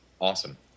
awesome